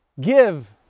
give